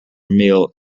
meal